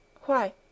Why